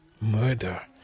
murder